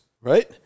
right